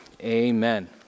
Amen